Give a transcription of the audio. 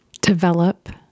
develop